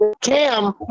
Cam